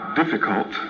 difficult